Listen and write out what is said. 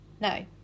No